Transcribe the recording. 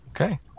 Okay